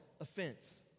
offense